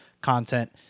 content